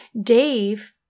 Dave